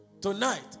Tonight